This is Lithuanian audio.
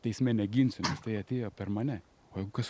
teisme neginsiu tai atėjo per mane o jeigu kas